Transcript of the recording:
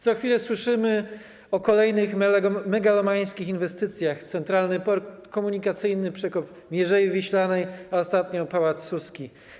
Co chwilę słyszymy o kolejnych megalomańskich inwestycjach: Centralny Port Komunikacyjny, przekop Mierzei Wiślanej, a ostatnio Pałac Saski.